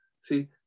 See